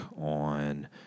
on